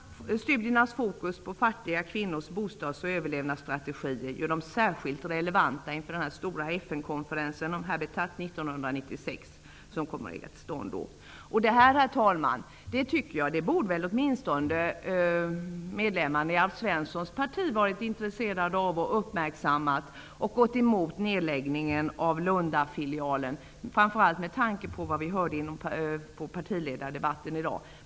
Studiernas fokus på fattiga kvinnors bostads och överlevnadsstrategier gör dem särskilt relevanta inför den stora FN-konferensen om Habitat 1996. Åtminstone medlemmarna av Alf Svenssons parti borde väl, herr talman, ha varit intresserade av det här och ha gått emot nedläggningen av Lundafilialen, framför allt med tanke på vad vi hörde under partiledardebatten i dag.